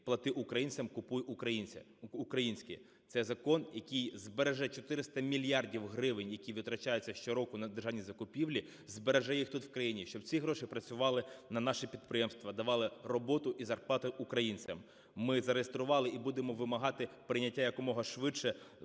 "Плати українцям, купуй українське". Це закон, який збереже 400 мільярдів гривень, які витрачаються щороку на державні закупівлі, збереже їх тут, в країні, щоб ці гроші працювали на наші підприємства, давали роботу і зарплату українцям. Ми зареєстрували і будемо вимагати прийняття якомога швидше